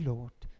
Lord